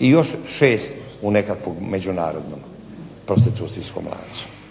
I još 6 u nekakvom međunarodnom prostitucijskom lancu.